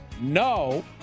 No